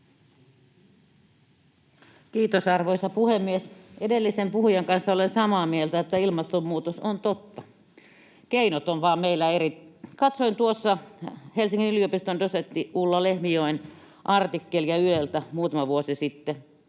Kiitos, arvoisa puhemies! Edellisen puhujan kanssa olen samaa mieltä, että ilmastonmuutos on totta. Keinot ovat vain meillä eri. Katsoin tuossa Helsingin yliopiston dosentin Ulla Lehmijoen artikkelia Yleltä muutama vuosi sitten.